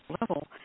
level